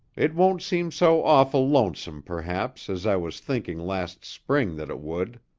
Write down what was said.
it won't seem so awful lonesome, perhaps, as i was thinking last spring that it would.